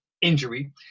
injury